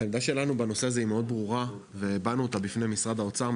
העמדה שלנו בנושא הזה היא מאוד ברורה והבענו אותה בפני משרד האוצר,